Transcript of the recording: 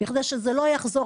בכדי שזה לא יחזור,